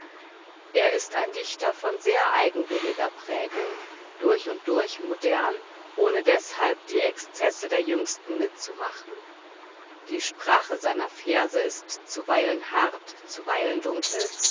er ist ein dichter von sehr eigenwilliger prägung durch und durch modern ohne deshalb die exzesse der jüngsten mitzumachen die sprache seiner verse ist zuweilen hart zuweilen dunkel